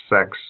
sex